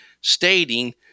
stating